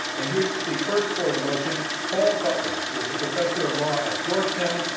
and here to speak first for the motion, paul butler. he is a professor of law at georgetown,